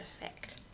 effect